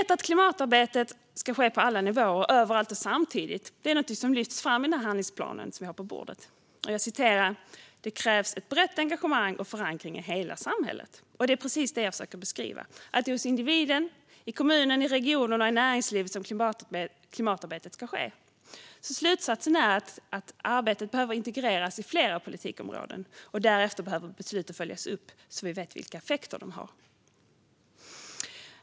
Att klimatarbetet ska ske på alla nivåer, överallt och samtidigt är något som lyfts fram i handlingsplanen som vi har på bordet. Det står: Det krävs ett brett engagemang och förankring i hela samhället. Det är precis det jag försöker beskriva. Det är hos individen, i kommunen, i regionerna och i näringslivet som klimatarbetet ska ske. Slutsatsen är att arbetet behöver integreras i flera politikområden. Därefter behöver besluten följas upp, så att vi vet vilka effekter de har.